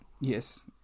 yes